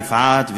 יפעת,